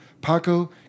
Paco